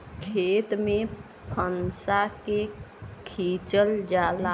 खेत में फंसा के खिंचल जाला